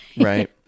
right